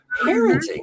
parenting